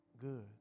good